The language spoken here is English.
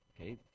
Okay